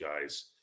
guys